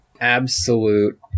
Absolute